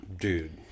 Dude